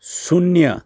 शून्य